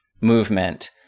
movement